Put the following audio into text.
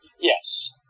Yes